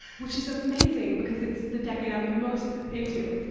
which was amazing because it's the decade i'm the most into.